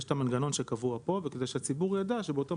יש את המנגנון שקבוע פה וכדי שהציבור ידע שבאותו